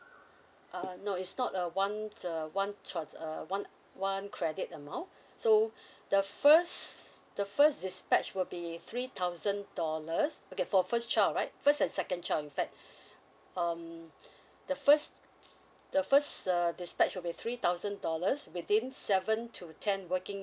uh no it's not a one a one choice err one one credit amount so the first the first dispatch will be three thousand dollars okay for first child right first and second child in fact um the first the first err dispatch would be three thousand dollars within seven to ten working